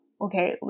okay